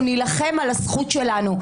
ואנחנו נילחם על הזכות שלנו,